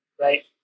right